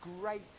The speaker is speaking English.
great